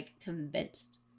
convinced